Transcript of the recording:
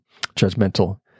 judgmental